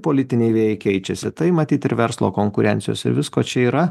politiniai vėjai keičiasi tai matyt ir verslo konkurencijos ir visko čia yra